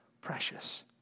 precious